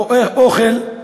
לא אוכל.